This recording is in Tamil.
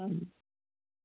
ம்